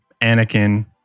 Anakin